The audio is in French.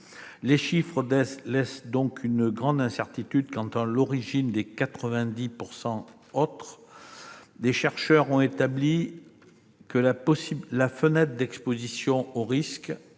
Ces chiffres laissent une grande incertitude quant à l'origine de 90 % des cancers. Les chercheurs ont établi que la fenêtre d'exposition au risque